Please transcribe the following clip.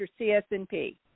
CSNP